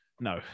No